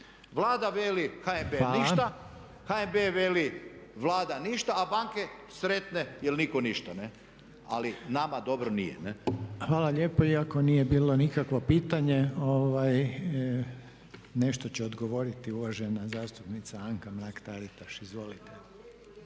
Vlada veli HNB ništa, HNB veli Vlada ništa a banke sretne jer nitko ništa. Ali nama dobro nije. **Reiner, Željko (HDZ)** Hvala lijepa iako nije bilo nikakvo pitanje nešto će odgovoriti uvažena zastupnica Anka Mrak-Taritaš. Izvolite.